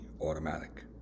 automatic